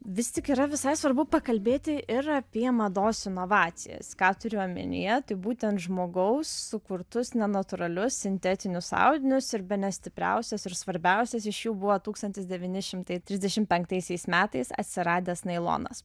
vis tik yra visai svarbu pakalbėti ir apie mados inovacijas ką turiu omenyje tai būtent žmogaus sukurtus nenatūralius sintetinius audinius ir bene stipriausias ir svarbiausias iš jų buvo tūkstantis devyni šimtai trisdešim penktaisiais metais atsiradęs nailonas